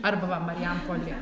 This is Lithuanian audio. arba va marijampolė